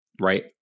right